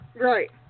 Right